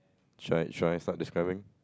should I should I start describing